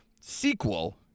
sequel